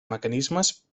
mecanismes